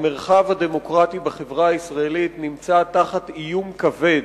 המרחב הדמוקרטי בחברה הישראלית נמצא תחת איום כבד.